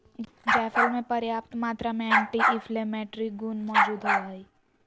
जायफल मे प्रयाप्त मात्रा में एंटी इंफ्लेमेट्री गुण मौजूद होवई हई